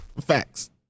Facts